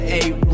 eight